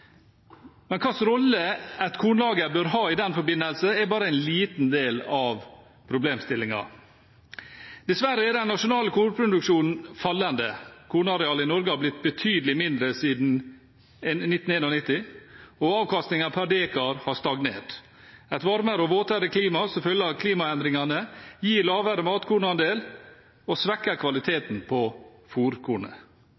Men hvilken rolle et kornlager bør ha i den forbindelse, er bare en liten del av problemstillingen. Dessverre er den nasjonale kornproduksjonen fallende. Kornarealet i Norge har blitt betydelig mindre siden 1991, og avkastningen per dekar har stagnert. Et varmere og våtere klima som følge av klimaendringene gir lavere matkornandel og svekker